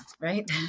right